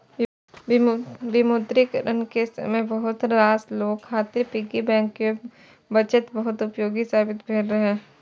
विमुद्रीकरण के समय बहुत रास लोग खातिर पिग्गी बैंक के बचत बहुत उपयोगी साबित भेल रहै